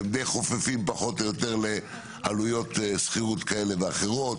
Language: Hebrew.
שהם די חופפים פחות או יותר לעלויות שכירות כאלה ואחרות,